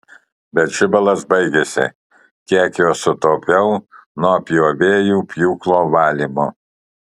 bet žibalas baigėsi kiek jo sutaupiau nuo pjovėjų pjūklo valymo